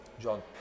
John